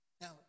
Now